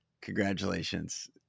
congratulations